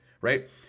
right